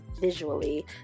visually